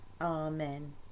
Amen